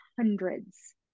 hundreds